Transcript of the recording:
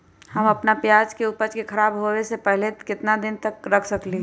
हम अपना प्याज के ऊपज के खराब होबे पहले कितना दिन तक रख सकीं ले?